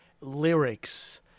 lyrics